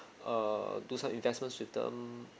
err do some investments with them